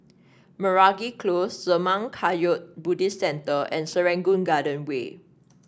Meragi Close Zurmang Kagyud Buddhist Centre and Serangoon Garden Way